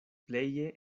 pleje